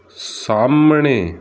ਸਾਹਮਣੇ